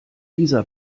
dieser